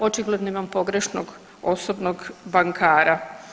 Očigledno imam pogrešnog osobnog bankara.